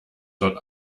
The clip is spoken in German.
dort